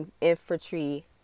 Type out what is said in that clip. Infantry